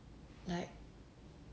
like